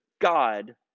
God